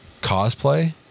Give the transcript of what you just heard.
cosplay